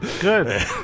Good